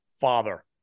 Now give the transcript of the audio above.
Father